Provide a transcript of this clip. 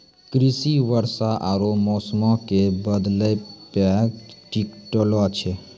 कृषि वर्षा आरु मौसमो के बदलै पे टिकलो छै